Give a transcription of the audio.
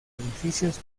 edificios